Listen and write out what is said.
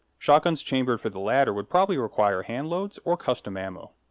shotguns chambered for the latter would probably require handloads or custom ammo.